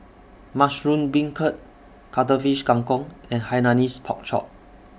Mushroom Beancurd Cuttlefish Kang Kong and Hainanese Pork Chop